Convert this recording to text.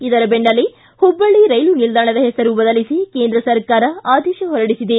ಇದರ ಬೆನ್ನಲ್ಲೇ ಹುಬ್ಬಳ್ಳಿ ರೈಲು ನಿಲ್ದಾಣದ ಹೆಸರು ಬದಲಿಸಿ ಕೇಂದ್ರ ಸರ್ಕಾರ ಆದೇಶ ಹೊರಡಿಸಿದೆ